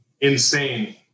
Insane